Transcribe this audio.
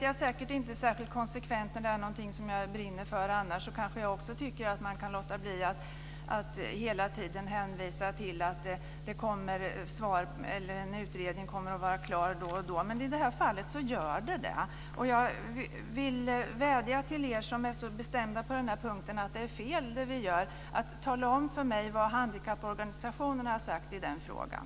Jag är säkert inte särskilt konsekvent när jag brinner för något, och jag tycker att man inte alltid bara ska hänvisa till en utredning som kommer att vara klar vid någon tidpunkt osv. I det här fallet är det dock faktiskt så, och jag vill vädja till er som är så bestämda på den här punkten att inse att ni gör fel när ni talar om för mig vad handikapporganisationerna har sagt i den här frågan.